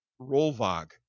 Rolvag